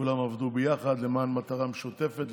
כולם עבדו יחד למען מטרה משותפת.